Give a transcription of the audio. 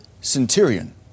centurion